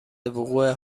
وقوع